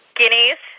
guineas